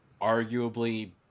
arguably